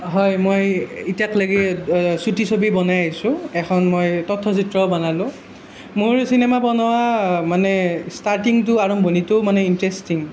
হয় মই এতিয়ালেগে ছুটি ছবি বনাই আহিছোঁ এখন মই তথ্যচিত্ৰ বনালোঁ মোৰ চিনেমা বনোৱা মানে ষ্টাৰ্টিঙটো আৰম্ভণিটো মানে ইন্টাৰেষ্টিং